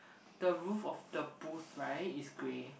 the roof of the booth right is grey